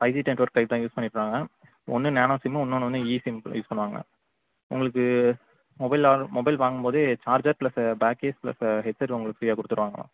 IC term type தான் use பண்ணிட்டுருக்காங்க ma'am ஒன்று நேனோ சிம்மு இன்னோன்று ஒன்று ஈசிம்மு யூஸ் பண்ணுவாங்க உங்களுக்கு மொபைலில் ஆர்டர் மொபைல் வாங்கும்போதே charger plus back case plus headset உங்களுக்கு ஃப்ரீயாக கொடுத்துருவாங்க மேம்